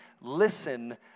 listen